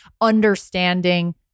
understanding